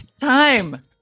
time